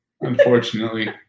Unfortunately